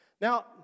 Now